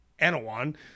Anawan